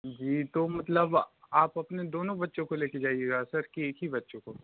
जी तो मतलब आप अपने दोनों बच्चों को ले कर जाइएगा सर कि एक ही बच्चे को